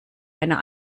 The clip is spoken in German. einer